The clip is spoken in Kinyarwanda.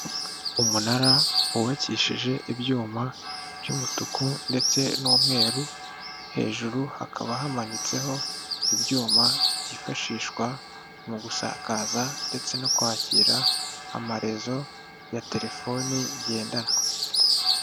Umunara wubakishije ibyuma by'umutuku, ndetse n'umweru, hejuru hakaba hamanitseho ibyuma byifashishwa mu gusakaza ndetse no kwakira amarezo ya telefoni ngendanwa.